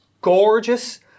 gorgeous